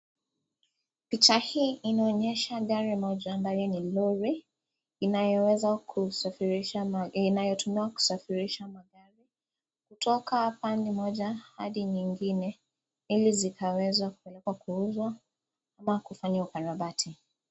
Picha hii inaonyesha gari moja ambayo ni nzuri inayotumiwa kusafirisha kutoka pande moja Hadi nyingine. Ili zikaweza kuundwa ama kufanya ukarabati.